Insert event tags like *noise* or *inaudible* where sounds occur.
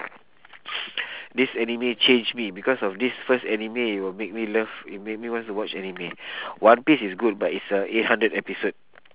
*noise* this anime changed me because of this first anime it will make me love it made me want to watch anime one piece is good but it's uh eight hundred episode